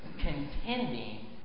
contending